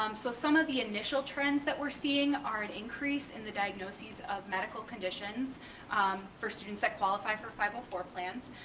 um so some of the initial trends that we're seeing are an increase in the diagnoses of medical conditions um for students that qualify for five hundred plans,